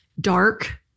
dark